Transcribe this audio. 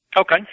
Okay